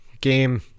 game